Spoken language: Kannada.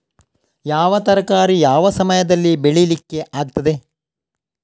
ಯಾವ ತರಕಾರಿ ಯಾವ ಸಮಯದಲ್ಲಿ ಬೆಳಿಲಿಕ್ಕೆ ಆಗ್ತದೆ?